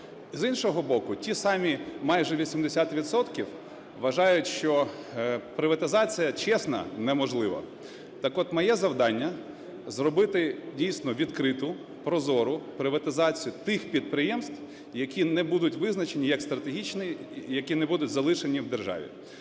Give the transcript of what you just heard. З іншого боку, ті самі майже 80 відсотків вважають, що приватизація чесна неможлива. Так от, моє завдання – зробити дійсно відкриту, прозору приватизацію тих підприємств, які не будуть визначені як стратегічні, які не будуть залишені в державі.